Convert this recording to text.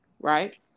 Right